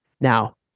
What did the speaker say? Now